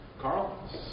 Carl